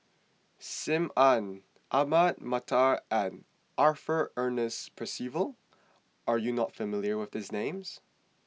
Sim Ann Ahmad Mattar and Arthur Ernest Percival are you not familiar with these names